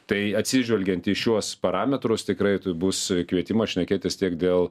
tai atsižvelgiant į šiuos parametrus tikrai tai bus kvietimas šnekėtis tiek dėl